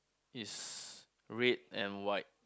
is red and white